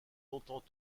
longtemps